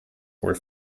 were